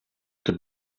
could